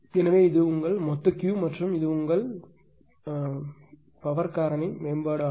எனவே இது உங்கள் மொத்த Q மற்றும் இது உங்கள் பின் பவர் காரணி மேம்பாடு ஆகும்